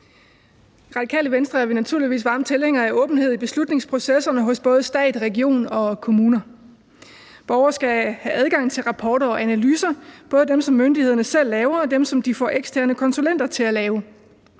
Radikale Venstre er vi naturligvis varme tilhængere af åbenhed i beslutningsprocesserne hos både stat, regioner og kommuner. Borgere skal have adgang til rapporter og analyser, både dem, som myndighederne selv laver, og dem, som de får eksterne konsulenter til at lave.